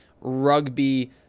rugby